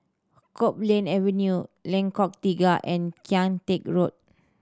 Copeland Avenue Lengkok Tiga and Kian Teck Road